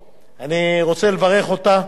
רוצה לברך אותה